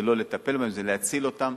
זה לא לטפל, זה להציל אותם.